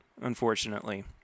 unfortunately